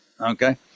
okay